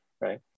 right